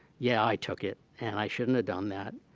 yeah, i took it and i shouldn't have done that.